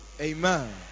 amen